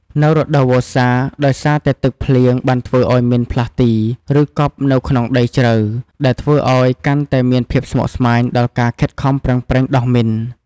នៅរដូវវស្សា ដោយសារតែទឹកភ្លៀង បានធ្វើឱ្យមីនផ្លាស់ទី ឬ កប់ទៅក្នុងដីជ្រៅ ដែលធ្វើឱ្យកាន់តែមានភាពស្មុគស្មាញដល់ការខិតខំប្រឹងប្រែងដោះមីន។